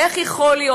איך יכול להיות?